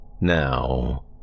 Now